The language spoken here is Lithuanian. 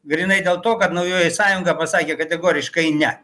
grynai dėl to kad naujoji sąjunga pasakė kategoriškai ne